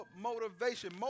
motivation